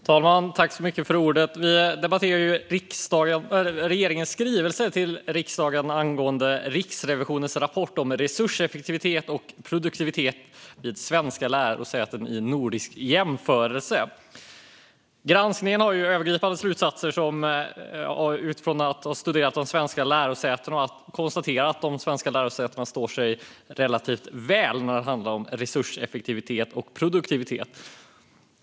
Fru talman! Vi debatterar nu regeringens skrivelse till riksdagen angående Riksrevisionens rapport om resurseffektivitet och produktivitet vid svenska lärosäten i nordisk jämförelse. Granskningen drar övergripande slutsatser utifrån att ha studerat svenska lärosäten och konstaterar att dessa står sig relativt väl vad gäller resurseffektivitet och produktivitet.